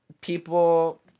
people